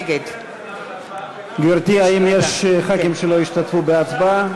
נגד גברתי, האם יש חברי כנסת שלא השתתפו בהצבעה?